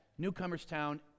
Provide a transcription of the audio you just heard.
Newcomerstown